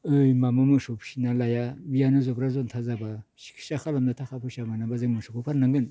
ओइ माबा मोसौ फिना लाया बियानो जब्रा जन्था जाब्ला सिखिथसा खालामनो थाखा फैसा मोनाब्ला जों मोसौखौ फाननांगोन